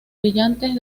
brillantes